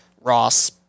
Ross